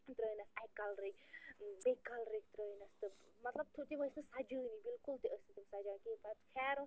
ترٛٲینَس اَکہِ کَلرٕکۍ بیٚیہِ کَلرٕکۍ ترٛٲیَنَس تِم مطلب تِم ٲسۍ نہٕ سَجٲنٕے بلکُل تہِ ٲسۍ نہٕ تِم سَجان کِہیٖنٛۍ پَتہٕ خیر